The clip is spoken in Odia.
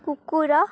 କୁକୁର